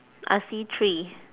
I see three